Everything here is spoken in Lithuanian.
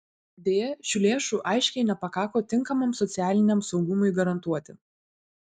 deja šių lėšų aiškiai nepakako tinkamam socialiniam saugumui garantuoti